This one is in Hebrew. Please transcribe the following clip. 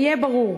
אהיה ברור: